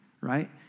Right